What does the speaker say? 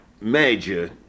major